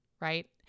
right